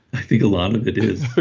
i think a lot of it is.